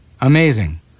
Amazing